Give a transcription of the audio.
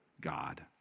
God